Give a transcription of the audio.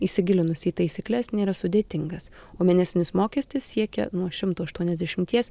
įsigilinus į taisykles nėra sudėtingas o mėnesinis mokestis siekia nuo šimto aštuoniasdešimties